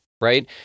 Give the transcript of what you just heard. Right